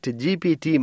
gpt